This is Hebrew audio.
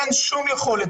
אין שום יכולת.